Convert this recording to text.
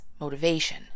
motivation